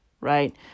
right